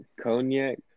cognac